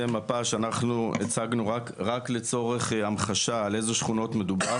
מפה שאנחנו הצגנו רק לצורך המחשה על איזה שכונות מדובר,